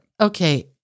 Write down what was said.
Okay